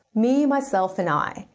me, myself, and i.